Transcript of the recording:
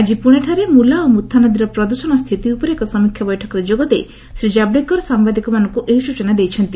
ଆଳି ପୁଣେଠାରେ ମୁଲା ଓ ମୁଥା ନଦୀର ପ୍ରଦ୍ୟଷଣ ସ୍ଥିତି ଉପରେ ଏକ ସମୀକ୍ଷା ବୈଠକରେ ଯୋଗଦେଇ ଶ୍ରୀ ଜାବ୍ଡେକର ସାମ୍ଭାଦିକମାନଙ୍କୁ ଏହି ସ୍ବଚନା ଦେଇଛନ୍ତି